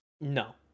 No